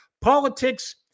politics